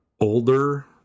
older